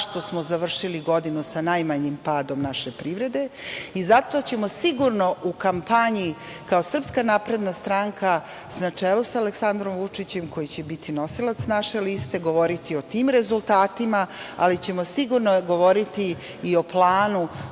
zašto smo završili godinu sa najmanjim padom naše privrede. Zato ćemo sigurno u kampanji kao SNS, na čelu sa Aleksandrom Vučićem koji će biti nosilac naše liste, govoriti o tim rezultatima, ali ćemo sigurno govoriti i o planu